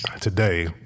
today